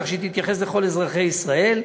כך שהיא תתייחס לכל אזרחי ישראל,